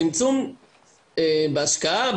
צמצום בהשקעה,